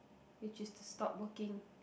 which is to stop working